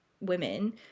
women